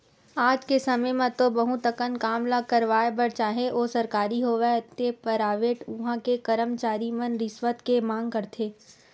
आज के समे म तो बहुत अकन काम ल करवाय बर चाहे ओ सरकारी होवय ते पराइवेट उहां के करमचारी मन रिस्वत के मांग करथे